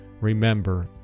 Remember